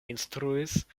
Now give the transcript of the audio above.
instruis